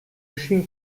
machine